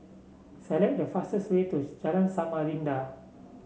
select the fastest way to Jalan Samarinda